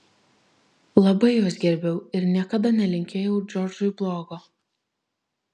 labai juos gerbiau ir niekada nelinkėjau džordžui blogo